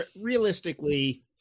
realistically